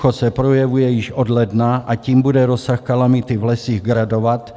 Sucho se projevuje již od ledna, a tím bude rozsah kalamity v lesích gradovat.